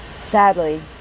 Sadly